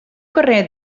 carrer